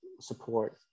support